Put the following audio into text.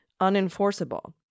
unenforceable